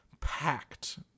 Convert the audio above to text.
packed